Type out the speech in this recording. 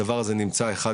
הדבר הזה נמצא אחד